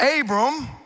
Abram